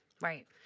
right